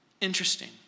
Interesting